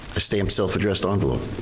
a stamped self addressed envelope